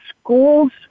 schools